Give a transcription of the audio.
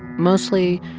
mostly,